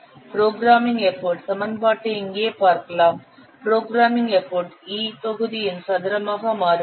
programming effort சமன்பாட்டை இங்கே பார்க்கலாம் புரோகிராமிங் எஃபர்ட் E தொகுதியின் சதுரமாக மாறுபடும்